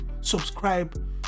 subscribe